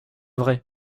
vrai